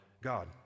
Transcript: God